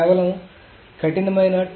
కేవలం కఠినమైన